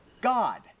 God